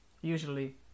usually